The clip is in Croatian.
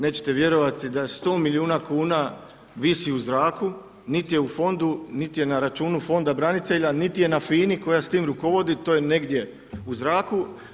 Nećete vjerovati da 100 milijuna kuna visi u zraku, niti je Fondu niti je na računu Fonda branitelja, niti je na FINA-i koja s tim rukovodi, to je negdje u zraku.